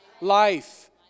life